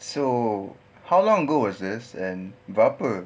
so how long ago was this and berapa